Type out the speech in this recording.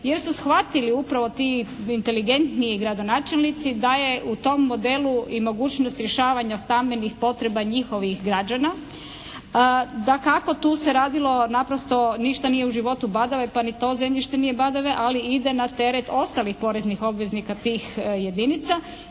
jer su shvatili upravo ti inteligentniji gradonačelnici da je u tom modelu i mogućnost rješavanja stambenih potreba njihovih građana. Dakako, tu se radilo naprosto, ništa nije u životu badava pa ni to zemljište nije badava ali ide na teret ostalih poreznih obveznika tih jedinica.